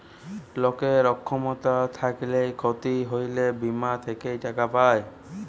লকের অক্ষমতা থ্যাইকলে ক্ষতি হ্যইলে বীমা থ্যাইকে টাকা পায়